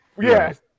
yes